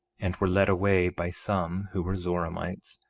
and were led away by some who were zoramites,